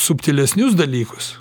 subtilesnius dalykus